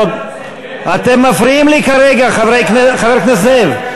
שירדתם מ-45 ל-32.